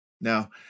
Now